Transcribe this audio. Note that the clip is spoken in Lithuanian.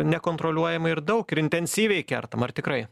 nekontroliuojam ir daug ir intensyviai kertam ar tikrai